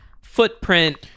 footprint